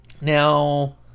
Now